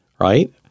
right